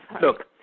look